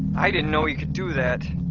i didn't know he could do that.